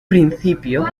principio